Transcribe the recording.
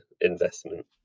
investment